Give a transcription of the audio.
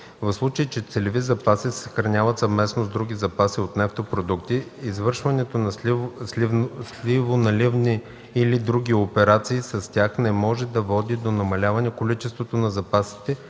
В случай че целеви запаси се съхраняват съвместно с други запаси от нефтопродукти, извършването на сливоналивни или други операции с тях не може да води до намаляване количеството на запасите